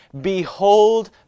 Behold